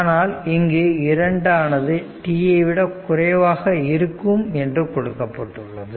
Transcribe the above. ஆனால் இங்கு 2 ஆனது t ஐ விட குறைவாக இருக்கும் என்று கொடுக்கப்பட்டுள்ளது